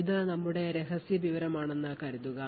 ഇത് നമ്മുടെ രഹസ്യ വിവരമാണെന്ന് കരുതുക